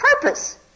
purpose